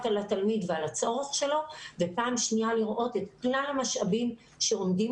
על התלמיד ועל הצורך שלו ופעם שנייה לראות את כלל המשאבים שעומדים